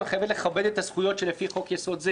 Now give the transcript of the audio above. חייבת לכבד את הזכויות לפי חוק יסוד זה.